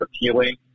appealing